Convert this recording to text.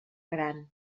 gran